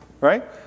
Right